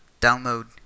download